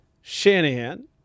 Shanahan